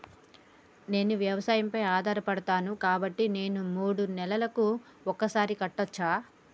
నేను వ్యవసాయం పై ఆధారపడతాను కాబట్టి నేను మూడు నెలలకు ఒక్కసారి కట్టచ్చా?